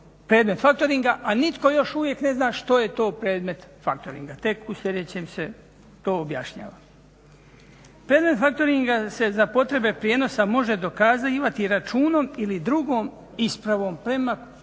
predmet factoringa a nitko još uvijek ne zna što je to predmet factoringa. Tek u sljedećem se to objašnjava. Predmet factoringa se za potrebe prijenosa može dokazivati računom ili drugom ispravom prema